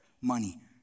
money